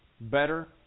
better